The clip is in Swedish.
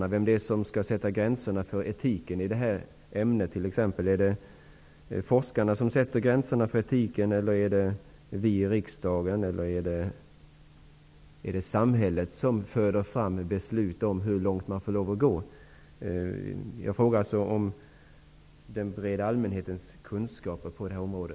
Man vet inte om det är genteknikerna eller vi riksdagsledamöter som skall sätta gränserna för etiken i detta ämne och besluta om hur långt man får gå. Jag ifrågasätter den breda allmänhetens kunskaper på detta område.